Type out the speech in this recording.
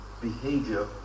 behavior